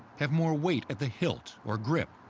have more weight at the hilt or grip,